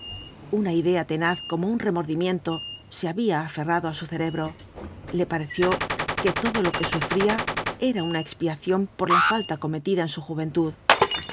una idea tenaz como un remordimiento se había aferrado á su cerebro le pareció que todo lo que sufría era una expiación por la im t blaaoo ibáübs falta cometida en su juventud